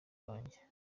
wanjye